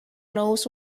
knows